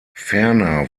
ferner